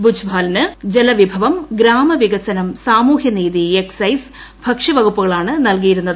ദുജ്ബലിന് ജലവിഭവം ഗ്രാമവികസനം സാമൂഹ്യനീതി എക്സൈസ് ഭക്ഷ്യവകുപ്പുകളാണ് നൽക്കിയിരുന്നത്